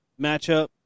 matchup